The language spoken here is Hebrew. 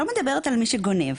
אני לא מדברת מי שגונב,